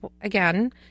again